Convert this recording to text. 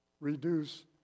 reduce